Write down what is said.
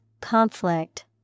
conflict